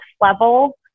level